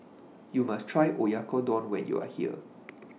YOU must Try Oyakodon when YOU Are here